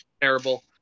terrible